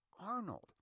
Arnold